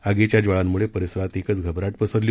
आगीच्या ज्वाळांमुळे परिसरात एकच घबराट पसरली